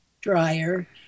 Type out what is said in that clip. dryer